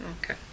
Okay